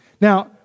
Now